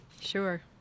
Sure